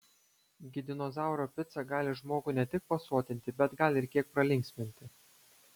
gi dinozauro pica gali žmogų ne tik pasotinti bet gal ir kiek pralinksminti